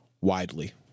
widely